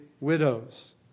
widows